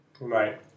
Right